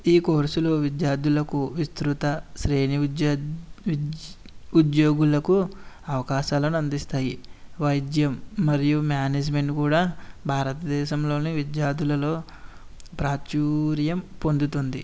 ఈ కోర్సులు విద్యార్థులకు విస్తృత శ్రేణి విద్య ఉద్యోగులకు అవకాశాలను అందిస్తాయి వైద్యం మరియు మ్యానేజ్మెంట్ కూడా భారతదేశంలోని విద్యార్థులలో ప్రాచుర్యం పొందుతుంది